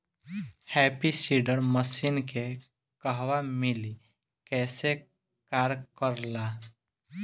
Happy seeder machine के कहवा मिली कैसे कार कर ला?